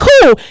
cool